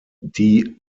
die